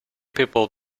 people